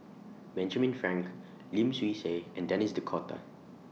Benjamin Frank Lim Swee Say and Denis D'Cotta